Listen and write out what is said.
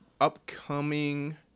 upcoming